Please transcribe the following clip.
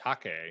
take